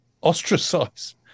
ostracized